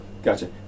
gotcha